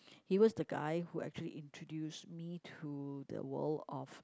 he was the guy who actually introduced me to the world of